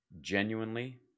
Genuinely